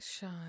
shine